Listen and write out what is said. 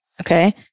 okay